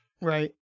Right